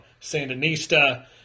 Sandinista